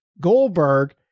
Goldberg